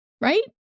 right